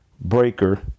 Breaker